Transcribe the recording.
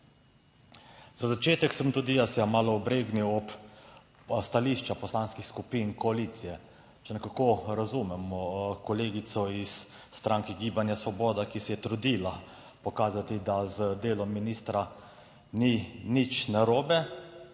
Za začetek se bom tudi jaz malo obregnil ob stališča poslanskih skupin koalicije. Če nekako razumemo kolegico iz stranke Gibanja svoboda, ki se je trudila pokazati, da z delom ministra ni nič narobe,